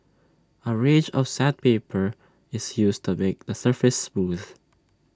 A range of sandpaper is used to make the surface smooth